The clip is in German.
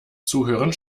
zuhören